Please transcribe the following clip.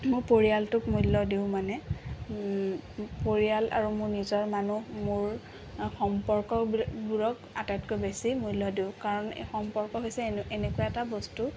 মোৰ পৰিয়ালটোক মূল্য দিওঁ মানে পৰিয়াল আৰু মোৰ নিজৰ মানুহ মোৰ সম্পৰ্কবোৰ বোৰক আটাইতকৈ বেছি মূল্য দিওঁ কাৰণ সম্পৰ্ক হৈছে এনে এনেকুৱা এটা বস্তু